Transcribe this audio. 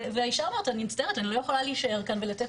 והאישה אומרת אני מצטערת אני לא יכולה להישאר כאן ולתת